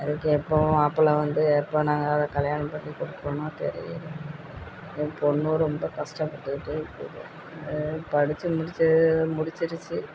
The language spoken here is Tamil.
அதுக்கு எப்போது மாப்பிள்ள வந்து எப்போது நாங்கள் அதை கல்யாணம் பண்ணி கொடுப்பனோ தெரியலை என் பொண்ணும் ரொம்ப கஷ்டப்பட்டுக்கிட்டே இருக்குது அது படித்து முடித்தது ஏதோ முடிச்சிருச்சு